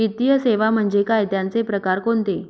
वित्तीय सेवा म्हणजे काय? त्यांचे प्रकार कोणते?